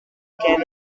canal